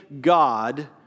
God